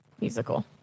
Musical